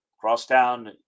Crosstown